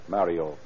Mario